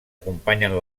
acompanyen